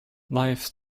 lifes